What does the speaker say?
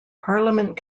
parliament